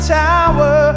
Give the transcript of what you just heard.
tower